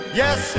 yes